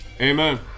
Amen